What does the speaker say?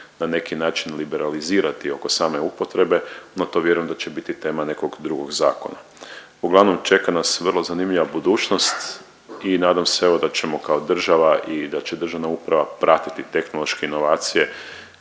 na neki način liberalizirati oko same upotrebe, no to vjerujem da će biti tema nekog drugog zakona. Uglavnom čeka nas vrlo zanimljiva budućnost i nadam se evo da ćemo kao država i da će državna uprava pratiti tehnološke inovacije